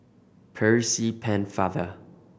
Percy Pennefather